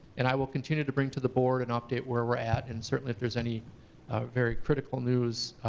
and i will continue to bring to the board an update where we're at, and certainly if there's any very critical news,